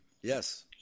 Yes